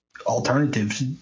alternatives